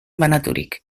banaturik